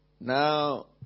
Now